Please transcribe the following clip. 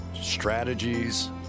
strategies